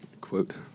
Quote